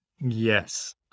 Yes